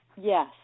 Yes